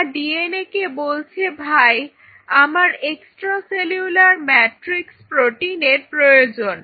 যা ডিএনএ কে বলছে ভাই আমার এক্সট্রা সেলুলার ম্যাট্রিক্স প্রোটিনের প্রয়োজন